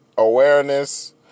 Awareness